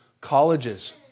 colleges